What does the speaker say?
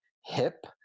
hip